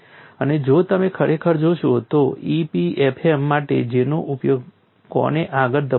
અને જો તમે ખરેખર જોશો તો EPFM માટે જેનો ઉપયોગ કોણે આગળ ધપાવ્યો છે